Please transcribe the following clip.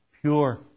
pure